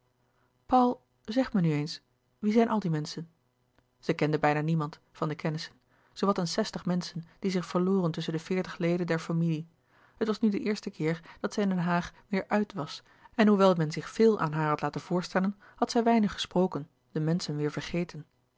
paul zeg me nu eens wie zijn al die menschen zij kende bijna niemand van de kennissen zoowat een zestig menschen die zich verloren tusschen de veertig leden der familie het was nu de eerste keer dat zij in den haag weêr uit was en hoewel men zich veel aan haar had laten voorstellen had zij weinig gesproken de menschen weêr vergeten